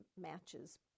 matches